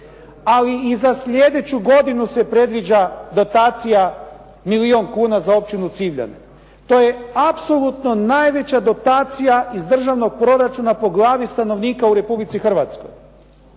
Ali i za slijedeću godinu se predviđa dotacija milijun kuna za općinu Civljane. To je apsolutno najveća dotacija iz državnog proračuna po glavi stanovnika u Republici Hrvatskoj.